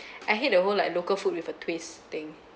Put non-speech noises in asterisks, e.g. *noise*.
*breath* I hate the whole like local food with a twist thing